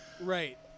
Right